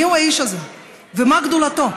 מיהו האיש הזה ומה גדולתו.